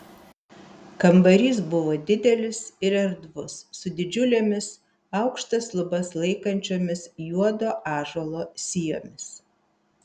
kambarys buvo didelis ir erdvus su didžiulėmis aukštas lubas laikančiomis juodo ąžuolo sijomis